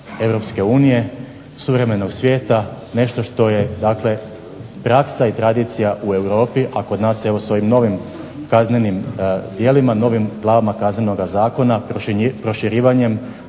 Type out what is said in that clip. Europske unije, suvremenog svijeta, nešto što je dakle praksa i tradicija u Europi a kod nas s ovim novim kaznenim djelima, novim glavama Kaznenog zakona proširivanjem